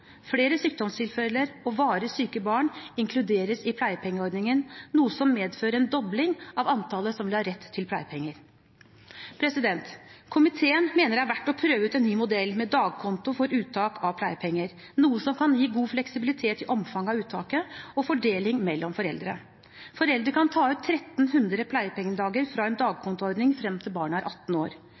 Flere sykdomstilfeller og varig syke barn inkluderes i pleiepengeordningen, noe som medfører en dobling av antallet som vil ha rett til pleiepenger. Komiteen mener det er verdt å prøve ut en ny modell med dagkonto for uttak av pleiepenger, noe som kan gi god fleksibilitet i omfanget av uttaket og fordelingen mellom foreldre. Foreldre kan ta ut 1 300 pleiepengedager fra en dagkontoordning fram til barnet er 18 år.